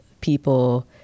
people